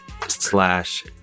Slash